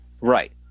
Right